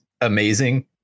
amazing